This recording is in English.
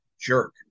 jerk